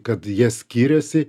kad jie skiriasi